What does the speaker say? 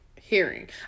hearing